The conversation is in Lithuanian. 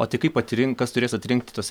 o tai kaip atrink kas turės atrinkti tuos